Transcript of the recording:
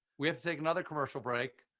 we have to take another commercial break.